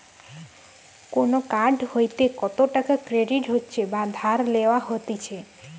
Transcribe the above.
কোন কার্ড হইতে কত টাকা ক্রেডিট হচ্ছে বা ধার লেওয়া হতিছে